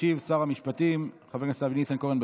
ישיב שר המשפטים חבר הכנסת אבי ניסנקורן.